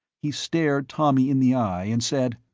he stared tommy in the eye and said,